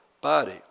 body